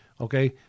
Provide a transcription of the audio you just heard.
okay